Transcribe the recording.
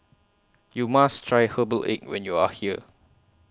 YOU must Try Herbal Egg when YOU Are here